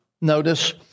notice